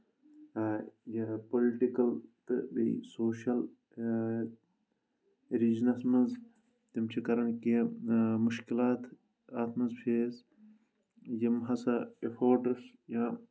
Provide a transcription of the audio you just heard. political تہٕ بیٚیہِ social regions منٛز تِم چھِ کَرَن کینٛہہ مُشکِلات اَتھ منٛز فیس یِم ہَسا اِفوٹٕس یا